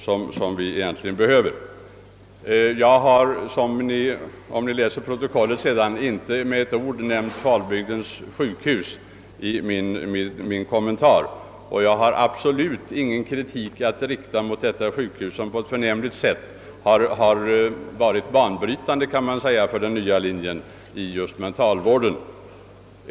Som kammarens ledamöter senare skall finna vid läsningen av kammarens protokoll har jag inte i min kommentar med ett enda ord nämnt Fal bygdens sjukhus, och jag riktar alls ingen kritik mot det sjukhuset, som på ett förnämligt sätt har varit banbrytande för den nya linjen i mentalsjukvården.